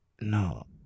no